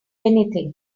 anything